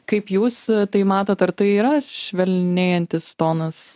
kaip jūs tai matot ar tai yra švelnėjantis tonas